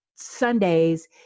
Sundays